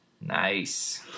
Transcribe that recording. nice